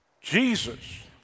Jesus